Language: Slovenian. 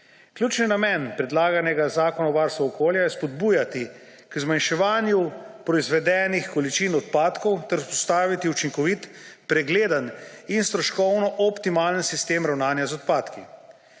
Ključni namen predlaganega zakona o varstvu okolja je spodbujati k zmanjševanju proizvedenih količin odpadkov ter vzpostaviti učinkovit pregleden in stroškovno optimalen sistem ravnanja z odpadki.